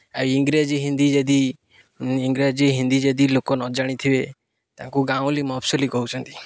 ଆଉ ଇଂରାଜୀ ହିନ୍ଦୀ ଯଦି ଇଂରାଜୀ ହିନ୍ଦୀ ଯଦି ଲୋକ ନ ଜାଣିଥିବେ ତାଙ୍କୁ ଗାଉଁଲି ମହଫସଲି କହୁଛନ୍ତି